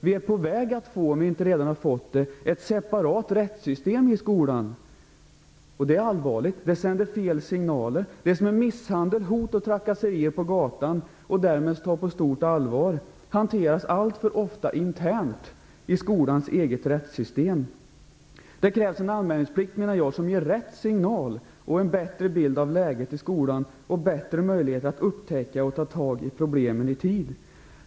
Vi är på väg att få - om vi inte redan har fått det - ett separat rättssystem i skolan. Det är allvarligt och sänder fel signaler. Det som är misshandel, hot och trakasserier på gatan och därmed tas på stort allvar hanteras alltför ofta internt i skolans eget rättssystem. Jag menar att det krävs en anmälningsplikt som ger rätt signal, en bättre bild av läget i skolan och större möjligheter att upptäcka och ta tag i problemen i tid.